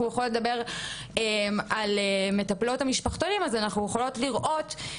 רוצים לדבר על המטפלות במשפחתונים אז אנחנו יכולות במאבק